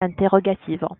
interrogative